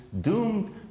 doomed